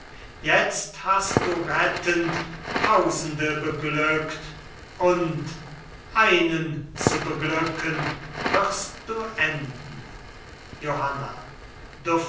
jetzt hast du rettend tausende beglückt und einen zu beglücken wirst du enden johanna